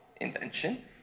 invention